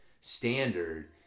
standard